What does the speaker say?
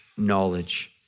knowledge